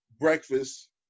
breakfast